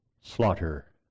slaughter